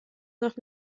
noch